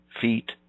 feet